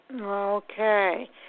Okay